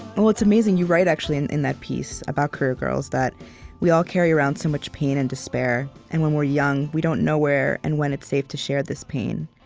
well, it's amazing you write, actually, in in that piece about career girls, we all carry around so much pain and despair, and when we're young, we don't know where and when it's safe to share this pain.